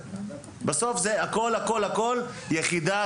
בסוף זה הכול הכול עניין של יחידה